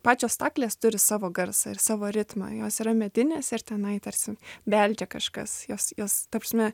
pačios staklės turi savo garsą ir savo ritmą jos yra medinės ir tenai tarsi beldžia kažkas jos jos ta prasme